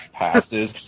passes